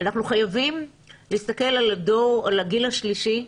שאנחנו חייבים להסתכל על הגיל השלישי,